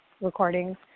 recordings